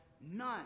none